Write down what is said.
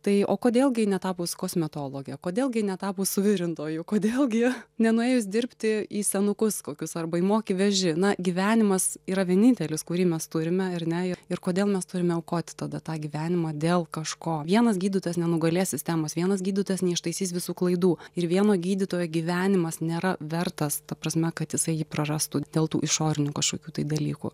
tai o kodėl gi netapus kosmetologe kodėl gi netapus suvirintoju kodėl gi nenuėjus dirbti į senukus kokius arba į moki veži na gyvenimas yra vienintelis kurį mes turime ar ne ir ir kodėl mes turime aukoti tada tą gyvenimą dėl kažko vienas gydytas nenugalės sistemos vienas gydytojas neištaisys visų klaidų ir vieno gydytojo gyvenimas nėra vertas ta prasme kad jisai jį prarastų dėl tų išorinių kažkokių dalykų